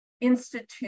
institute